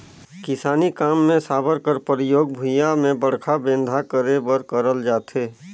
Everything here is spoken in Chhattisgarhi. किसानी काम मे साबर कर परियोग भुईया मे बड़खा बेंधा करे बर करल जाथे